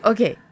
Okay